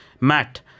Matt